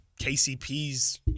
KCP's